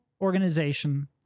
organization